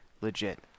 legit